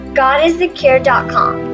godisthecure.com